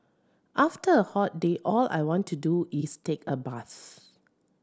after a hot day all I want to do is take a bath